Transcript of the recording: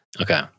okay